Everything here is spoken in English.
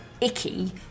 icky